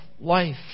life